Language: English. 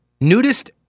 nudist